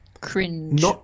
Cringe